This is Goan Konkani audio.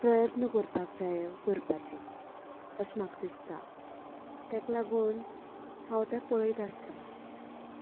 प्रयत्न करपाक जाय हें करपाचें अशें म्हाका दिसता तेका लागून हांव तें पळयत आसतां